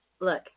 look